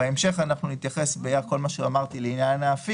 "'קרן זכאית"